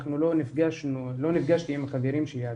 לא נפגשתי עם החברים שלי עדיין.